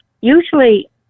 usually